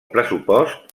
pressupost